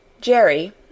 Jerry